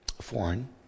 foreign